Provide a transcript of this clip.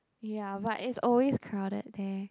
ya but it's always crowded there